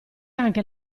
anche